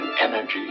energy